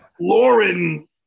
Lauren